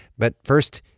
but first,